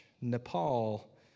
Nepal